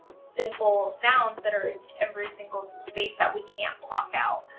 simple sounds that are in every single space that we can't block out.